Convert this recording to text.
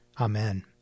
Amen